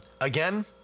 Again